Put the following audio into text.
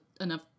enough